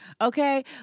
okay